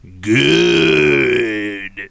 good